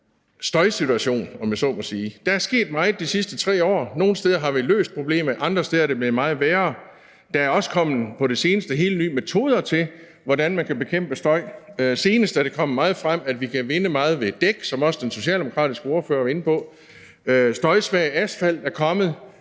støjsituation, om jeg så må sige. Der er sket meget de sidste 3 år. Nogle steder har vi løst problemet, og andre steder er det blevet meget værre. Der er også på det seneste kommet helt nye metoder til, hvordan man kan bekæmpe støj. Senest er det kommet frem, at man kan vinde meget ved dæk, som også den socialdemokratiske ordfører var inde på. Støjsvag asfalt er kommet.